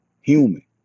human